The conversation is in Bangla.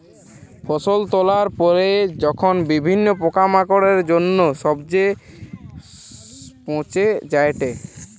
ফসল তোলার পরে যখন বিভিন্ন পোকামাকড়ের জন্য যখন সবচে পচে যায়েটে